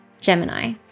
Gemini